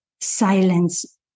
silence